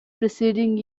preceding